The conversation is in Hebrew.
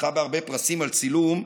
זכה בהרבה פרסים על צילום,